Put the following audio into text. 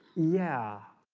yeah,